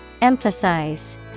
Emphasize